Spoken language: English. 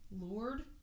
Lord